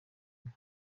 inka